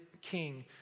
king